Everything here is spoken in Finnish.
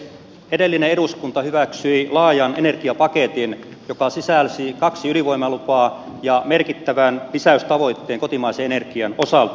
edellinen eduskunta hyväksyi laajan energiapaketin joka sisälsi kaksi ydinvoimalupaa ja merkittävän lisäystavoitteen kotimaisen energian osalta